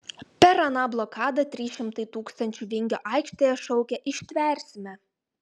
per aną blokadą trys šimtai tūkstančių vingio aikštėje šaukė ištversime